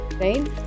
right